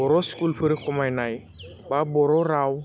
बर' स्कुलफोर खमायनाय बा बर' राव